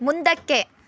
ಮುಂದಕ್ಕೆ